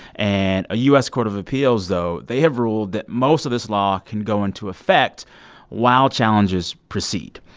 and a u s. court of appeals, though, they have ruled that most of this law can go into effect while challenges proceed.